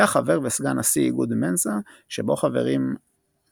היה חבר וסגן נשיא איגוד "מנסה" שבו חברים שמנת